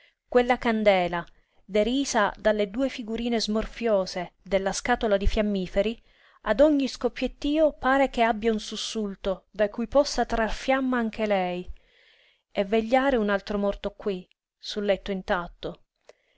quella candela derisa dalle due figurine smorfiose della scatola di fiammiferi ad ogni scoppiettío pare che abbia un sussulto da cui possa trar fiamma anche lei per vegliare un altro morto qui sul letto intatto